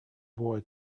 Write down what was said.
boy